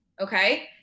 Okay